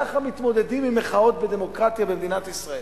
ככה מתמודדים עם מחאות בדמוקרטיה במדינת ישראל.